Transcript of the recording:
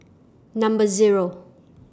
Number Zero